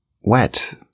wet